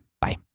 Bye